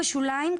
בשוליים,